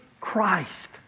Christ